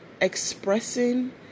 Expressing